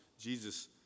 Jesus